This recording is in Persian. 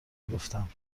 گفتم